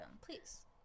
Please